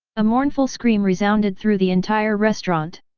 a mournful scream resounded through the entire restaurant.